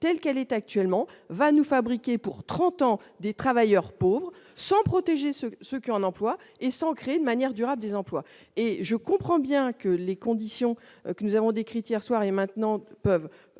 telle qu'elle est actuellement, va nous fabriquer pour 30 ans des travailleurs pauvres s'en protéger, ce ce que l'on emploie et sans créer de manière durable des emplois et je comprends bien que les conditions que nous avons décrit hier soir et maintenant peuvent